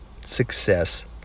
success